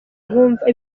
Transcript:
kumva